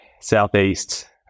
southeast